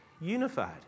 unified